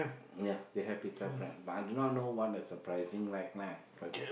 ya they have pita bread but I do not know what is the pricing like lah but